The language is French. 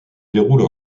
déroule